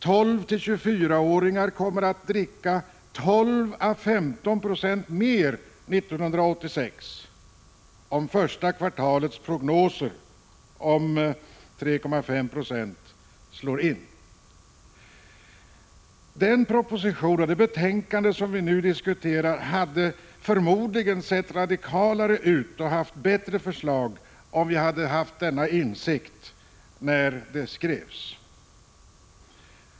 12—24-åringar kommer att dricka 12 å 15 20 mer 1986, om första kvartalets prognoser om 3,5 90 slår in. Den proposition och det betänkande vi nu diskuterar hade förmodligen sett radikalare ut och innehållit bättre förslag om vi hade haft denna insikt när de skrevs.